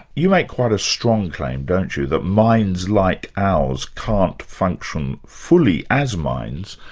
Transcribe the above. you make quite a strong claim, don't you, that minds like ours can't function fully as minds,